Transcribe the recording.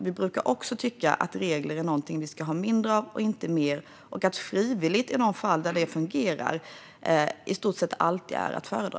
Vi brukar också tycka att regler är något vi ska ha mindre och inte mer av. Frivillighet, i alla fall när det fungerar, är i stort sett alltid att föredra.